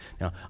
Now